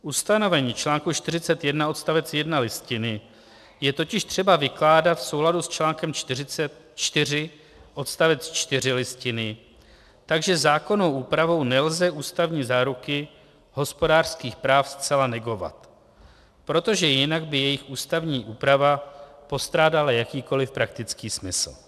Ustanovení čl. 41 odst. 1 Listiny je totiž třeba vykládat v souladu s čl. 4 odst. 4 Listiny, takže zákonnou úpravou nelze ústavní záruky hospodářských práv zcela negovat, protože jinak by jejich ústavní úprava postrádala jakýkoliv praktický smysl.